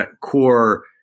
core